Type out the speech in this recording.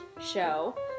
Show